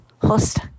host